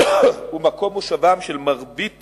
ומקום מושבם של מרבית